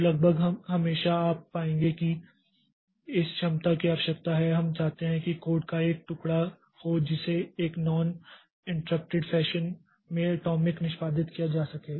तो लगभग हमेशा आप पाएंगे कि इस क्षमता की आवश्यकता है हम चाहते हैं कि कोड का एक टुकड़ा हो जिसे एक नॉन इंटररपटेड फैशन में अटॉमिक निष्पादित किया जा सके